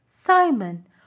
Simon